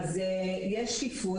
יש שקיפות.